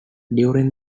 during